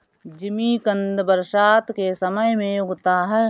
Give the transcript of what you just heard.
जिमीकंद बरसात के समय में उगता है